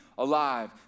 alive